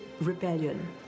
rebellion